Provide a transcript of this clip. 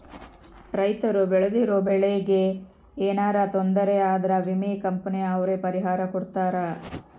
ರೈತರು ಬೆಳ್ದಿರೋ ಬೆಳೆ ಗೆ ಯೆನರ ತೊಂದರೆ ಆದ್ರ ವಿಮೆ ಕಂಪನಿ ಅವ್ರು ಪರಿಹಾರ ಕೊಡ್ತಾರ